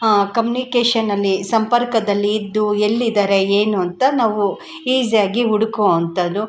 ಕಮ್ನಿಕೇಷನಲ್ಲಿ ಸಂಪರ್ಕದಲ್ಲಿ ಇದ್ದು ಎಲ್ಲಿದ್ದಾರೆ ಏನು ಅಂತ ನಾವು ಈಸಿಯಾಗಿ ಹುಡುಕೋ ಅಂಥದ್ದು